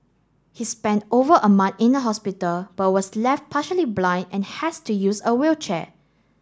he spent over a month in a hospital but was left partially blind and has to use a wheelchair